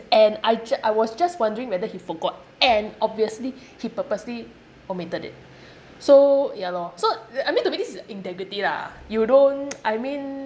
and I ju~ I was just wondering whether he forgot and obviously he purposely omitted it so ya lor so I mean to me this is integrity lah you don't I mean